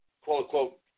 quote-unquote